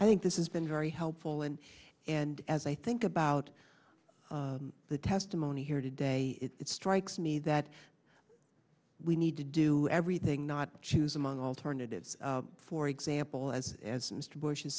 i think this is been very helpful and and as i think about the testimony here today it strikes me that we need to do everything not choose among alternatives for example as as mr bush